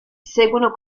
seguono